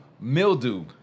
mildew